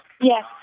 Yes